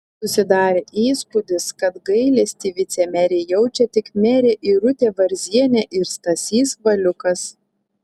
susidarė įspūdis kad gailestį vicemerei jaučia tik merė irutė varzienė ir stasys valiukas